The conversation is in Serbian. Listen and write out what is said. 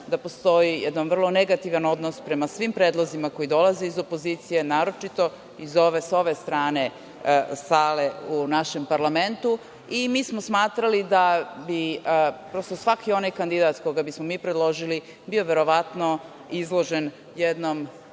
da postoji jedan vrlo negativan odnos prema svim predlozima koji dolaze iz opozicije, naročito sa ove strane sale u našem parlamentu. Smatrali smo da bi svaki onaj kandidat, koga bismo mi predložili, bio verovatno izložen jednom